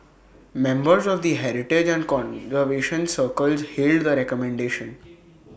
members of the heritage and conservation circles hailed the recommendation